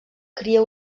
cria